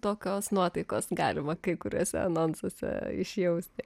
tokios nuotaikos galima kai kurias anonsuose išjausti